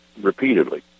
repeatedly